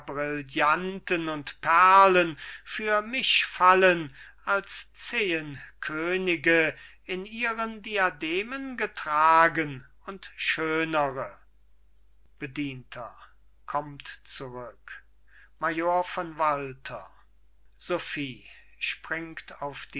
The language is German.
brillanten und perlen für mich fallen als zehn könige in ihren diademen getragen und schönere bedienter kommt zurück major von walter sophie springt